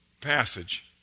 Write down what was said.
passage